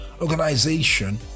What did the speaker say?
organization